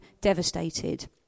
devastated